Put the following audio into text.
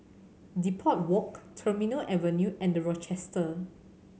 Depot Walk Terminal Avenue and The Rochester